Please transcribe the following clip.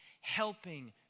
helping